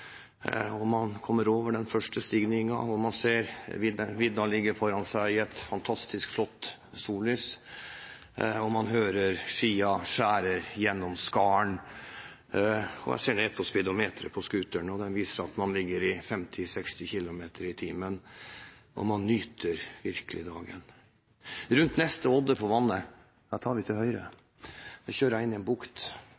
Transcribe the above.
tur. Man kommer over den første stigningen, man ser vidda ligger foran en i et fantastisk flott sollys, og man hører skien skjærer gjennom skaren. Jeg ser ned på speedometeret på scooteren, det viser at man ligger i 50–60 km/t, og man nyter virkelig dagen. Rundt neste odde på vannet tar vi til høyre